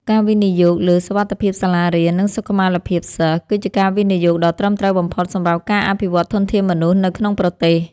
ការវិនិយោគលើសុវត្ថិភាពសាលារៀន និងសុខុមាលភាពសិស្ស គឺជាការវិនិយោគដ៏ត្រឹមត្រូវបំផុតសម្រាប់ការអភិវឌ្ឍធនធានមនុស្សនៅក្នុងប្រទេស។